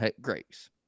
grace